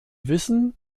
wissen